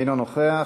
אינו נוכח.